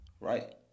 Right